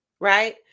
right